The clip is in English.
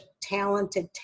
talented